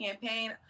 campaign